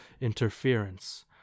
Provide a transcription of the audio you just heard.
interference